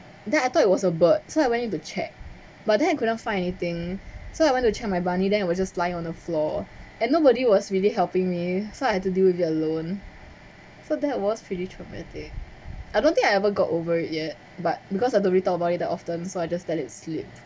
then I thought it was a bird so I went in to check but then I couldn't find anything so I went to check my bunny then it was just lying on the floor and nobody was really helping me so I had to deal with it alone so that was pretty traumatic I don't think I ever got over it yet but because I don't really talk about it that often so I just let it slip